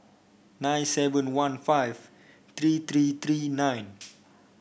nine seven one five three three three nine